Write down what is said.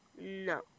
No